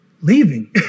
leaving